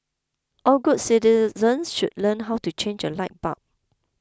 all good citizens should learn how to change a light bulb